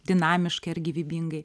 dinamiškai ar gyvybingai